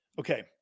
Okay